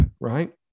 right